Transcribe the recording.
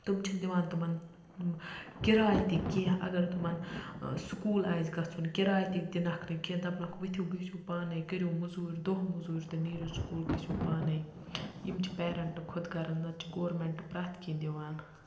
تِم چھِنہٕ دِوان تِمَن کِراے تہِ کینٛہہ اگر تِمَن سکوٗل آسہِ گَژھُن کِراے تہِ دِنَکھ نہٕ کینٛہہ دَپنَکھ ؤتھِو گژھِو پانے کٔرِو موٚزوٗرۍ دۄہ موٚزوٗرۍ تہِ نیٖرِو سکوٗل گٔژھِو پانے یِم چھِ پیرَنٹہٕ خود غرٕض نَتہٕ چھ گورمیٚنٹ پرٛٮ۪تھ کینٛہہ دِوان